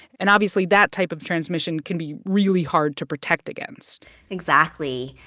and obviously that type of transmission can be really hard to protect against exactly.